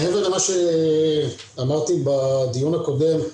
מעבר למה שאמרתי בדיון הקודם,